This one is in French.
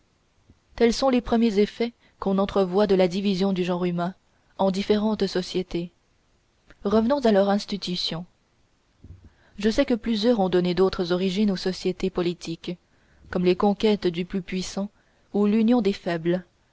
tels sont les premiers effets qu'on entrevoit de la division du genre humain en différentes sociétés revenons à leur institution je sais que plusieurs ont donné d'autres origines aux sociétés politiques comme les conquêtes du plus puissant ou l'union des faibles